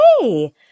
hey